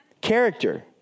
Character